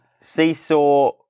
seesaw